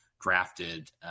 drafted